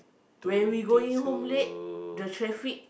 when we going home late the traffic